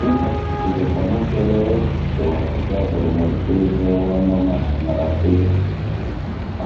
Wifashishije panosoreye ushobora kubyaza urumuri rw'izuba amashanyarazi